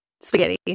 Spaghetti